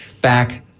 back